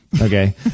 Okay